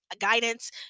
Guidance